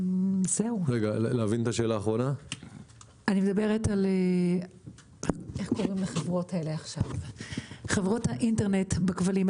אני מדברת על חברות האינטרנט בכבלים,